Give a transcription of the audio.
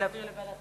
הנושא לוועדת